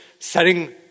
Setting